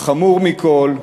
החמור מכול,